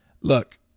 look